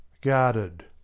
guarded